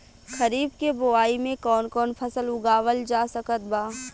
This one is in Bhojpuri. खरीब के बोआई मे कौन कौन फसल उगावाल जा सकत बा?